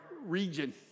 region